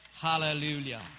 Hallelujah